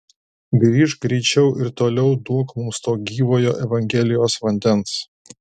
grįžk greičiau ir toliau duok mums to gyvojo evangelijos vandens